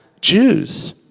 Jews